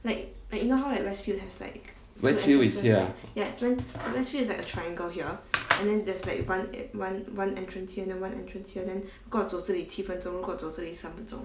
westfield is here ah